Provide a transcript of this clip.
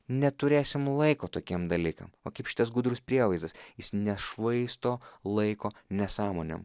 neturėsim laiko tokiem dalykam va kaip šitas gudrus prievaizdas jis nešvaisto laiko nesąmonėm